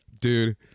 dude